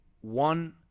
one